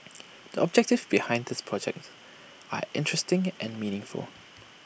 the objectives behind this project are interesting and meaningful